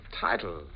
title